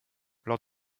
lors